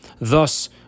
Thus